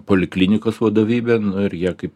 poliklinikos vadovybe jie kai